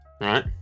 Right